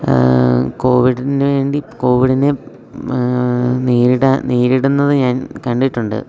കോവിഡിനുവേണ്ടി കോവിഡിനെ നേരിടാൻ നേരിടുന്നത് ഞാൻ കണ്ടിട്ടുണ്ട്